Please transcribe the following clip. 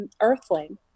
earthling